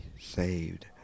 saved